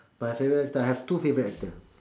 my favourite actor I have two favourite actor